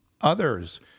others